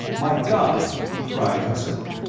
my god! he cried, huskily,